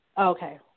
Okay